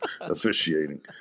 officiating